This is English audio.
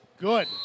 good